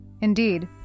Indeed